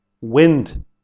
wind